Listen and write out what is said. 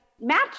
match